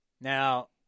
Now